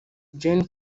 jane